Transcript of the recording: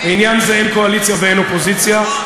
בעניין זה אין קואליציה ואין אופוזיציה.